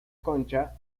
concha